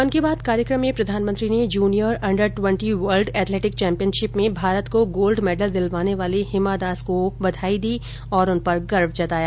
मन की बात कार्यक्रम में अंत में प्रधानमंत्री ने junior under twenty world athletic championship में भारत को गोल्ड मैडल दिलवाने वाली हिंमादास को बघाई दी और उन पर गर्व जताया